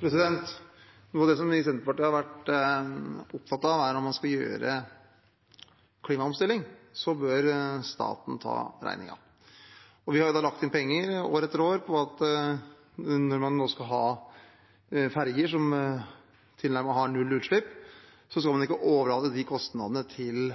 Slagsvold Vedum – til oppfølgingsspørsmål. Noe av det vi i Senterpartiet har vært opptatt av, er at når man skal gjennomføre en klimaomstilling, bør staten ta regningen. Vi har jo da lagt inn penger – år etter år – på at når man nå skal ha ferjer som har tilnærmet null utslipp, så skal man ikke overlate de kostnadene til